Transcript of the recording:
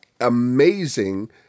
amazing